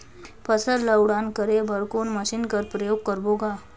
फसल ल उड़ान करे बर कोन मशीन कर प्रयोग करबो ग?